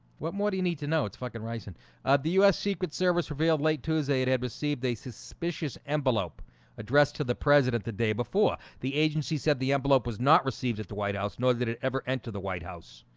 what more do you need to know? it's fucking ricin and the us secret service revealed late tuesday it had received a suspicious envelope addressed to the president the day before the agency said the envelope was not received at the white house nor did it ever entered the white house?